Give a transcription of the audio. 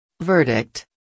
Verdict